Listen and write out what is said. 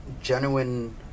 genuine